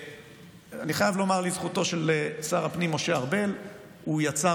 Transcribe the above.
ואני חייב לומר לזכותו של שר הפנים משה ארבל שהוא יצר